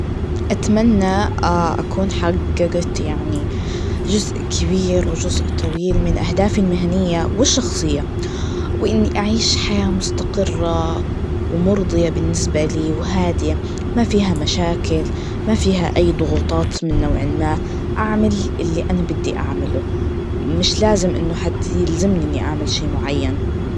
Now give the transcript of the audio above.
أتمنى أكون حججت يعني جزء كبير وجزء طويل من أهدافي المهني والشخصية, وإني أعيش حياة مستقرة, ومرضية بالنسبة لي وهادية, ما فيها مشاكل, ما فيه أي ضغوطات من نوع ما, أعمل اللي أنا بدي أعمله, مش لازم إنه حد يلزمني اني أعمل شي معين.